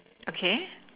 okay